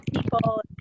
people